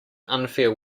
unfair